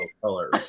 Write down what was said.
color